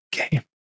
Okay